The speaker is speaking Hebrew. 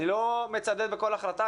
אני לא מצדד בכל החלטה,